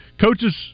coaches